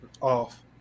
Off